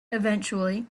eventually